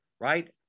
right